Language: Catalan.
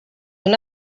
una